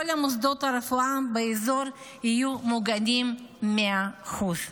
מוסדות הרפואה באזור יהיו מוגנים ב-100%.